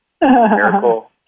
Miracle